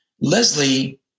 Leslie